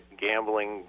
gambling